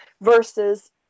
versus